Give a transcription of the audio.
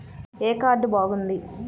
ఏ card బాగుంది?